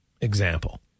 Example